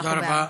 תודה רבה.